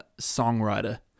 songwriter